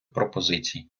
пропозицій